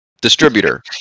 distributor